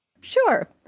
Sure